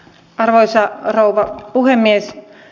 arvoisa rouva puhemies